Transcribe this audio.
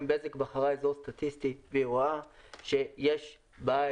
אם בזק בחרה אזור סטטיסטי והיא רואה שיש בית,